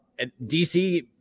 DC